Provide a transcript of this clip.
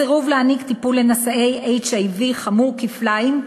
הסירוב להעניק טיפול לנשאי HIV חמור כפליים,